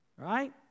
Right